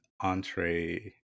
entree